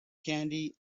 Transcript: candy